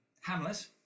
Hamlet